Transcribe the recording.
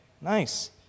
Nice